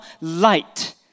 light